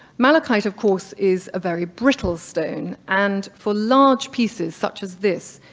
malachite of course is a very brittle stone, and for large pieces such as this,